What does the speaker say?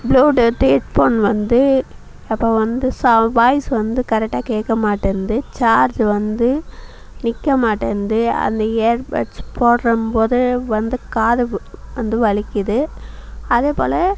Bluetooth headphone வந்து அப்போ வந்து சவு வாய்ஸ் வந்து கரெட்டாக கேட்க மாட்டேன்குது சார்ஜ் வந்து நிற்க மாட்டேன்குது அந்த இயர் பட்ஸ் போடும் போது வந்து காது வந்து வலிக்குது அதே போல்